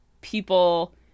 people